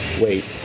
Wait